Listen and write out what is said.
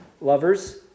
lovers